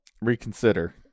Reconsider